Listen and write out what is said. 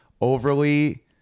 overly